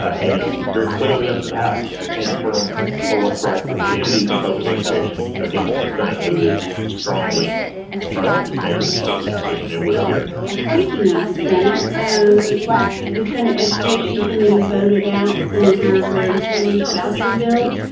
and it's very clearly up to the house to stand firm for what's right for communities and public education against the senate, who is strongly trying to dismantle public education, it would appear. and speaking of um the senate, and last week, the senate education committee voted out senator larry taylor's voucher bill,